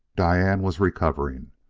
diane was recovering,